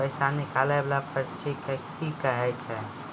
पैसा निकाले वाला पर्ची के की कहै छै?